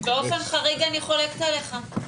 באופן חריג אני חולקת עליך.